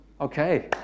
Okay